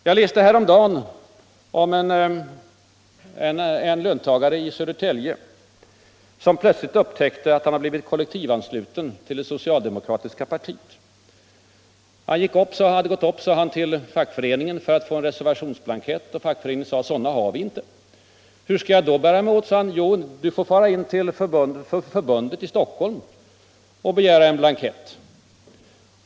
Jag läste häromdagen om en löntagare i Södertälje som plötsligt upptäckte att han blivit kollektivansluten till det socialdemokratiska partiet. Han gick till fackföreningen för att få en reservationsblankett och fackföreningen sade då att den inte hade några sådana. Hur skall jag då bära mig åt? sade han. Svar: Du får fara in till förbundet i Stockholm och begära en blankett.